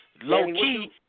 low-key